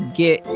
get